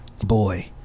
boy